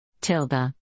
Tilda